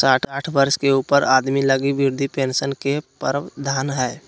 साठ वर्ष के ऊपर आदमी लगी वृद्ध पेंशन के प्रवधान हइ